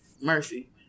Mercy